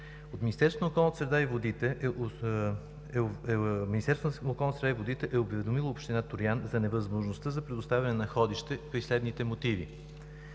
на околната среда и водите е уведомило община Троян за невъзможността за предоставяне на находище при следните мотиви.